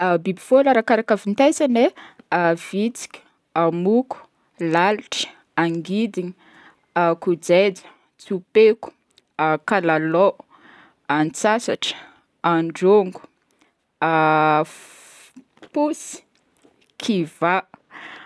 Biby folo arakaraka havintesana e: a vitsika, a moko, lalitra, angidiny, kojeja, tsopeko, a kalalao, antsasatra, androngo, f- posy, kivà.